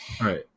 right